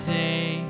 day